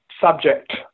subject